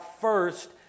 first